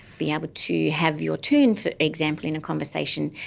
be able to have your turn, for example, in a conversation,